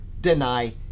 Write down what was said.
deny